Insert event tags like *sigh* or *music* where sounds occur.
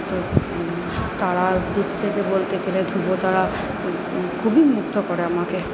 *unintelligible* তারার দিক থেকে বলতে গেলে ধ্রুব তারা খুবই মুগ্ধ করে আমাকে